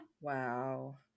Wow